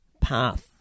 path